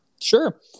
Sure